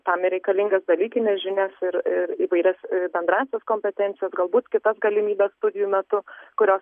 tam reikalingas dalykines žinias ir ir įvairias bendrąsias kompetencijas galbūt kitas galimybes studijų metu kurios